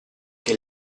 che